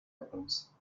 réponse